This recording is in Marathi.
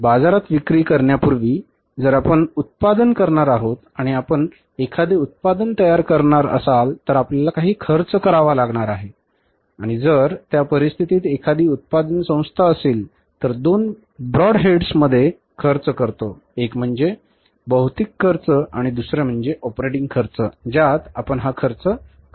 कारण आपण बाजारात विक्री करण्यापूर्वी जर आपण उत्पादन करणार आहोत आणि आपण एखादे उत्पादन तयार करणार असाल तर आपल्याला काही खर्च करावा लागणार आहे आणि जर त्या परिस्थितीत एखादी उत्पादन संस्था असेल तर दोन ब्रॉड हेड्स मध्ये खर्च करतो एक म्हणजे भौतिक खर्च आणि दुसरे म्हणजे ऑपरेटिंग खर्च ज्यात आपण खर्च करणार आहोत